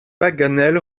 paganel